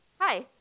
hi